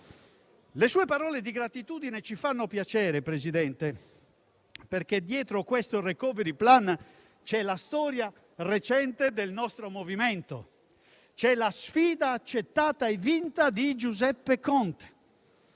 Le sue parole di gratitudine ci fanno piacere, Presidente, perché dietro questo *recovery plan* c'è la storia recente del nostro Movimento, c'è la sfida accettata e vinta di Giuseppe Conte,